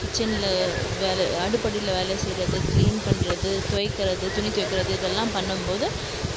கிச்சனில் வேலை அடுப்படியில் வேலை செய்கிறது கிளீன் பண்ணுறது துவைக்கிறது துணி துவைக்கிறது இதெல்லாம் பண்ணும் போது